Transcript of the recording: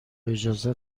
اجازه